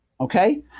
okay